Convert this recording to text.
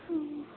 হুম